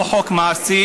לא חוק מעשי,